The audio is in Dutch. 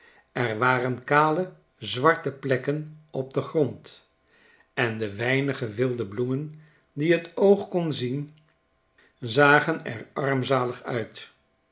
er waren kale zwarte plekken op den grond en de weinige wilde bloemen die het oog kon zien zagen er armzalig uit